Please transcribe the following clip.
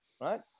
right